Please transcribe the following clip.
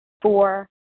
Four